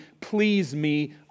please-me